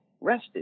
rested